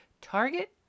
target